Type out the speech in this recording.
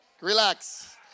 Relax